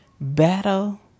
Battle